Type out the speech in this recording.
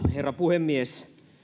herra puhemies